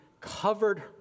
covered